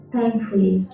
Thankfully